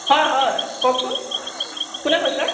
হয় হয় কওকচোন কোনে কৈছে